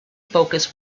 focus